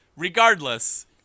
Regardless